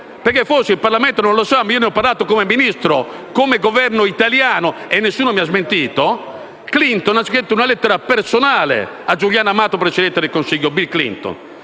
felloni. Forse il Parlamento non lo sa, ma ne ho parlato come Ministro, come Governo italiano e nessuno mi ha smentito. Clinton ha scritto una lettera personale al presidente del Consiglio, Giuliano